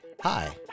Hi